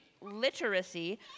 Literacy